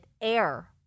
air